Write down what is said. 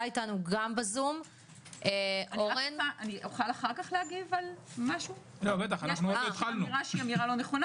ועוד אמירה שנאמרה והיא לא נכונה